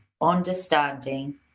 understanding